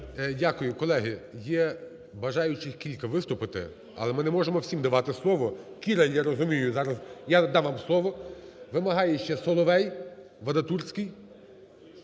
Дякую. Колеги, є бажаючих кілька виступити, але ми не можемо всім давати слово. Кіраль, я розумію, зараз… я дам вам слово. Вимагає ще Соловей, Вадатурський,